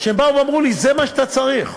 שהם באו ואמרו לי: זה מה שאתה צריך.